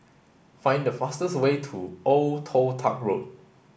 find the fastest way to Old Toh Tuck Road